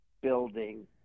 building